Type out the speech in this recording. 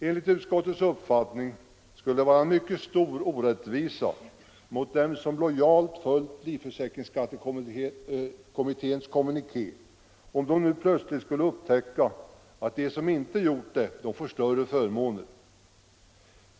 Enligt utskottets uppfattning skulle det vara en mycket stor orättvisa mot dem som lojalt följt livförsäkringsskattekommitténs kommuniké, om de nu plötsligt skulle upptäcka att de som inte gjort det får större förmåner.